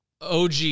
OG